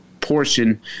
portion